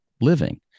living